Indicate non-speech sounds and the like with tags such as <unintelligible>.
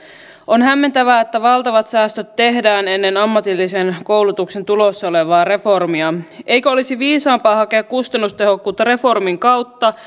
on hämmentävää että valtavat säästöt tehdään ennen ammatillisen koulutuksen tulossa olevaa reformia eikö olisi viisaampaa hakea kustannustehokkuutta reformin kautta <unintelligible>